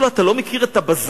אתה לא מכיר את הבזאר?